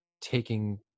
taking